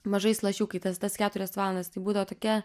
mažais lašiukais tas keturias valandas tai būdavo tokia